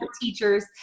teachers